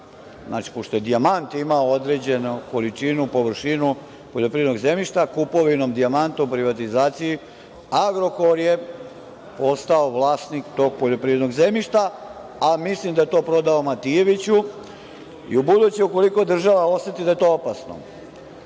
Znači, pošto je „Dijamant“ imao određenu količinu, površinu poljoprivrednog zemljišta, kupovinom „Dijamanta“ u privatizaciji „Agrokor“ je ostao vlasnik tog poljoprivrednog zemljišta, a mislim da je to prodao „Matijeviću“. Ubuduće ukoliko država oseti da je to opasno,